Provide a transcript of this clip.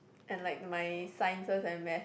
and like my sciences and math